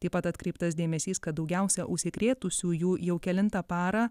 taip pat atkreiptas dėmesys kad daugiausia užsikrėtusiųjų jau kelintą parą